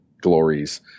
glories